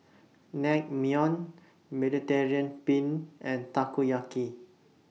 Naengmyeon Mediterranean Penne and Takoyaki